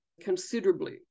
considerably